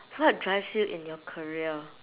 what drives you in your career